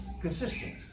Consistent